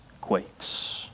quakes